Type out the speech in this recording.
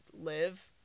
live